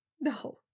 No